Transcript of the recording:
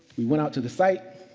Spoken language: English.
we went out to the site,